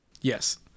Yes